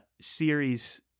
series